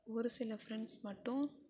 ஒரு சில ஃப்ரெண்ட்ஸ் மட்டும்